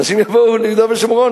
אנשים יבואו ליהודה ושומרון,